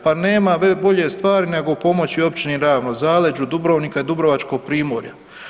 Pa nema bolje stvari nego pomoći općini Ravno, zaleđu Dubrovnika i dubrovačkog primorja.